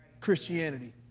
Christianity